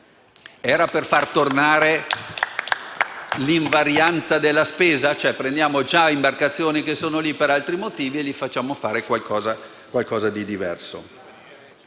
per far tornare l'invarianza della spesa? Prendiamo le imbarcazioni che sono già lì per altri motivi e gli facciamo fare qualcosa di diverso?